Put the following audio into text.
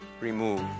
remove